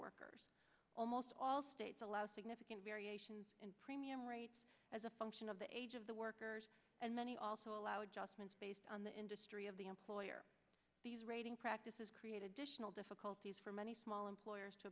workers almost all states allow significant variations in premium rates as a function of the age of the workers and many also allow just based on the industry of the employer these rating practices create additional difficulties for many small employers to